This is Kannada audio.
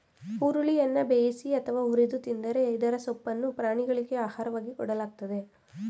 ಹುರುಳಿಯನ್ನ ಬೇಯಿಸಿ ಅಥವಾ ಹುರಿದು ತಿಂತರೆ ಇದರ ಸೊಪ್ಪನ್ನು ಪ್ರಾಣಿಗಳಿಗೆ ಆಹಾರವಾಗಿ ಕೊಡಲಾಗ್ತದೆ